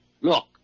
Look